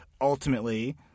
ultimately